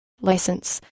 license